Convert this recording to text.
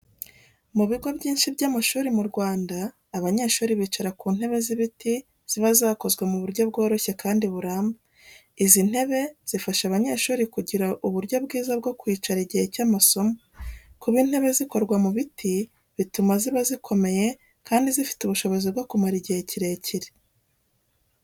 Mu bigo byinshi by’amashuri mu Rwanda, abanyeshuri bicara ku ntebe z’ibiti ziba zakozwe mu buryo bworoshye kandi buramba. Izi ntebe zifasha abanyeshuri kugira uburyo bwiza bwo kwicara igihe cy’amasomo. Kuba intebe zikorwa mu biti bituma ziba zikomeye kandi zifite ubushobozi bwo kumara igihe kirekire.